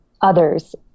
others